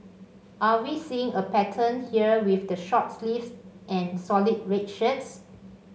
are we seeing a pattern here with the short sleeves and solid red shirts